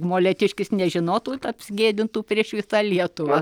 molėtiškis nežinotų apsigėdintų prieš visą lietuvą